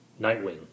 Nightwing